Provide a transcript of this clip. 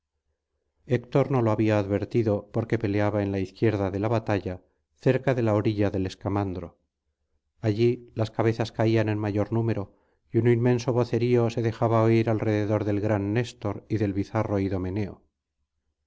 no lo había advertido porque peleaba en la izquierda de la britalla cerca de la orilla del escamandro allí las cabezas caían en mayor número y un inmenso vocerío se dejaba oir alrededor del gran néstor y del bizarro idomeneo